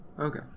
okay